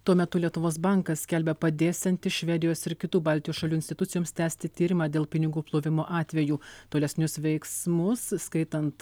tuo metu lietuvos bankas skelbia padėsiantis švedijos ir kitų baltijos šalių institucijoms tęsti tyrimą dėl pinigų plovimo atvejų tolesnius veiksmus skaitant